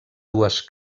dues